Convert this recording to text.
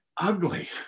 ugly